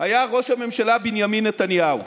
היה ראש הממשלה בנימין נתניהו.